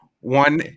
one